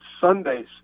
Sundays